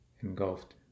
engulfed